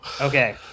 okay